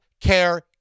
care